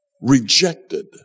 rejected